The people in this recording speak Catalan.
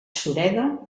sureda